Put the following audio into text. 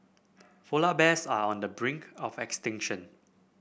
polar bears are on the brink of extinction